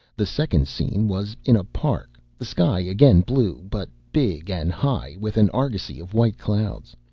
the second scene was in a park, the sky again blue, but big and high with an argosy of white clouds.